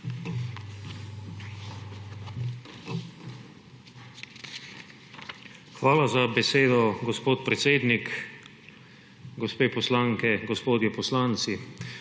Hvala za besedo, gospod predsednik. Gospe poslanke, gospodje poslanci!